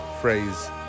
phrase